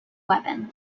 weapon